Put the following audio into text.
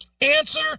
answer